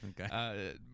Okay